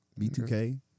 B2K